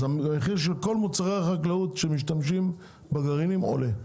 אז המחיר של כל מוצרי החקלאות שמשתמשים בגרעינים עולה,